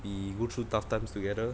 we go through tough times together